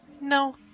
No